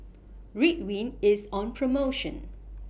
Ridwind IS on promotion